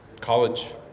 college